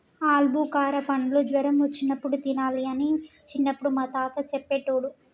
ఆల్బుకార పండ్లు జ్వరం వచ్చినప్పుడు తినాలి అని చిన్నపుడు మా తాత చెప్పేటోడు